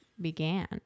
began